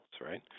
right